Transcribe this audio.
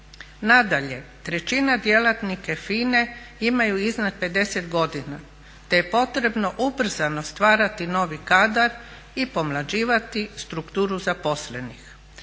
Nadalje, trećina djelatnika imaju iznad 50 godina te je potrebno ubrzano stvarati novi kadar i pomlađivati strukturu zaposlenih.